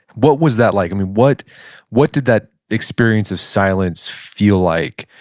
what was that like? and what what did that experience of silence feel like,